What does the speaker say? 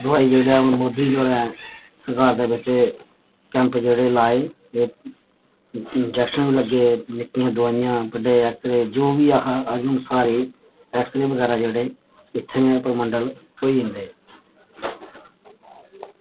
दोआई हून जेह्ड़ी मोदी होरें सौगात दे बिच्च एह् कैंप जेह्ड़े लाए ओह् इंजैक्शन लग्गे निक्कियां दुआइयां बड्डे ऐक्सरे जो बी ऐहा जदूं सारे ऐक्सरे बगैरा जेह्ड़े इत्थें गै परमंडल होई जंदे